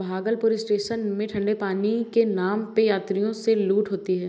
Bhagalpur station में ठंडे पानी के नाम पे यात्रियों से लूट होती है